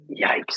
yikes